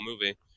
movie